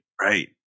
Right